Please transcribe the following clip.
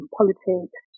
politics